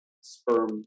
sperm